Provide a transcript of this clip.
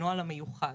לנוהל המיוחד.